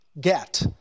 get